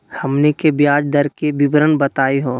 हमनी के ब्याज दर के विवरण बताही हो?